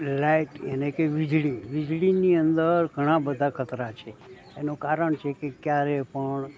light યાને કી વીજળી વીજળીની અંદર ઘણાં બધાં ખતરા છે એનું કારણ છે કે ક્યારે પણ